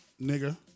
nigger